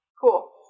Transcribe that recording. Cool